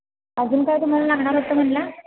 अजून काय तुम्हाला लागणार होतं म्हणाला